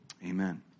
Amen